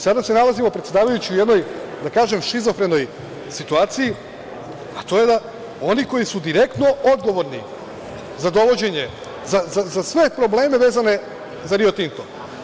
Sada se nalazimo, predsedavajući, u jednoj da kažem šizofrenoj situaciji, a to je da oni koji su direktno odgovorni za dovođenje, za sve probleme vezane za „Rio Tinto“